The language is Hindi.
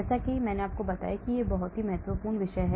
जैसा कि मैंने बताया यह एक बहुत ही महत्वपूर्ण विषय है